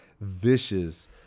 vicious